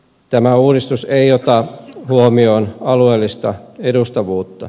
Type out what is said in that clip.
tämä uudistus ei ota huomioon alueellista edustavuutta